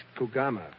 Kugama